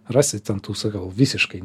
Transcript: rasit ant tų sakau visiškai